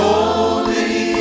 Holy